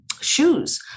shoes